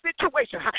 situation